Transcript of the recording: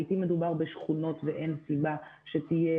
לעיתים מדובר בשכונות ואין סיבה שתהיה